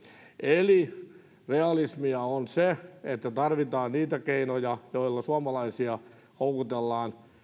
eli realismia on se että tarvitaan niitä keinoja joilla suomalaisia houkutellaan